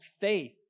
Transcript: faith